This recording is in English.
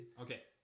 okay